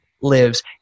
lives